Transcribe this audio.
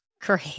Great